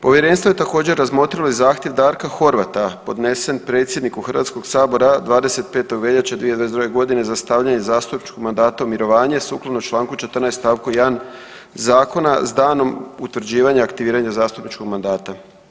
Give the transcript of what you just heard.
Povjerenstvo je također razmotrilo i zahtjev Darka Horvata podnesen predsjedniku Hrvatskog sabora 25. veljače 2022. godine za stavljanje zastupničkog mandata u mirovanje sukladno Članku 14. stavku 1. zakona s danom utvrđivanja aktiviranja zastupničkog mandata.